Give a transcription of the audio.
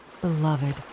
beloved